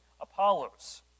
Apollos